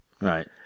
Right